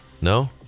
no